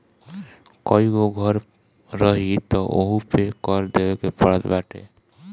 कईगो घर रही तअ ओहू पे कर देवे के पड़त बाटे